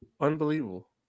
Unbelievable